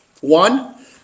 One